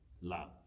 love